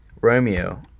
Romeo